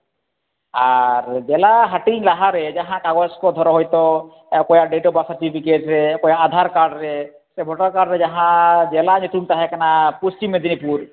ᱟᱨ ᱡᱮᱞᱟ ᱦᱟᱹᱴᱤᱧ ᱞᱟᱦᱟ ᱨᱮ ᱡᱟᱦᱟᱸ ᱠᱟᱜᱚᱡᱽ ᱠᱚ ᱫᱷᱚᱨᱚ ᱦᱚᱭᱛᱚ ᱚᱠᱚᱭᱟᱜ ᱰᱮᱹᱴ ᱚᱯᱷ ᱵᱟᱨᱛᱷ ᱥᱟᱨᱴᱤᱯᱷᱤᱠᱮᱴ ᱨᱮ ᱚᱠᱚᱭᱟᱜ ᱟᱫᱷᱟᱨ ᱠᱟᱨᱰ ᱨᱮ ᱥᱮ ᱵᱷᱳᱴᱟᱨ ᱠᱟᱨᱰ ᱨᱮ ᱡᱟᱦᱟᱸ ᱡᱮᱞᱟ ᱧᱩᱛᱩᱢ ᱛᱟᱦᱮᱸᱠᱟᱱᱟ ᱯᱚᱥᱪᱤᱢ ᱢᱮᱫᱽᱱᱤᱯᱩᱨ